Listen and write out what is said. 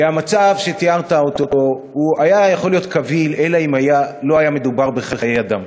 המצב שתיארת היה יכול להיות קביל אם לא היה מדובר בחיי אדם.